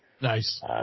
Nice